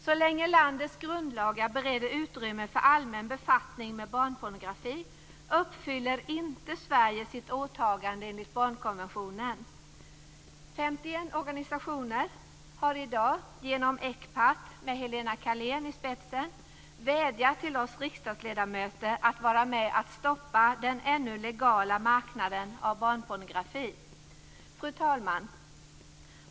Så länge landets grundlagar bereder utrymme för allmän befattning med barnpornografi uppfyller inte organisationer har i dag genom ECPAT, med Helena Karlén i spetsen, vädjat till oss riksdagsledamöter att vara med och stoppa den ännu legala marknaden av barnpornografi! Fru talman!